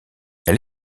elle